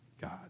God